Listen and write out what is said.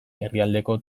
herrialdeko